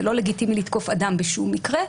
זה לא לגיטימי לתקוף אדם בשום מקרה,